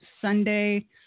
Sunday